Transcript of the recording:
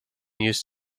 used